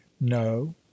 no